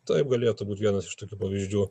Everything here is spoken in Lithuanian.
tai galėtų būt vienas iš tokių pavyzdžių